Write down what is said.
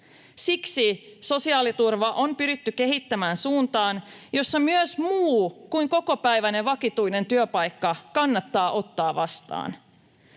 Siksi sosiaaliturvaa on pyritty kehittämään suuntaan, jossa myös muu kuin kokopäiväinen vakituinen työpaikka kannattaa ottaa vastaan.